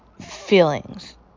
feelings